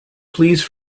please